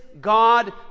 God